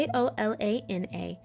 Jolana